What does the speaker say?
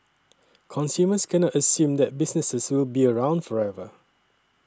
consumers cannot assume that businesses will be around forever